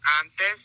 Antes